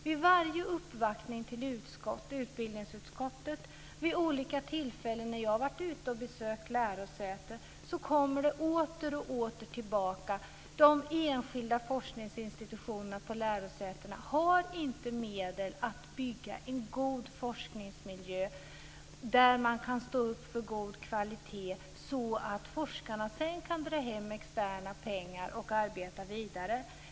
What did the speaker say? Vid varje uppvaktning i utbildningsutskottet och vid olika tillfällen när jag har varit ute och besökt lärosäten återkommer man hela tiden till att de enskilda forskningsinstitutionerna på lärosätena inte har medel att bygga en god forskningsmiljö där man kan stå upp för god kvalitet så att forskarna sedan kan dra hem externa pengar och arbeta vidare.